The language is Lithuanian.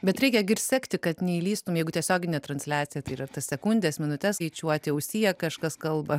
bet reikia gi ir sekti kad neįlįstum jeigu tiesioginė transliacija tai ir tas sekundes minutes skaičiuoti ausyje kažkas kalba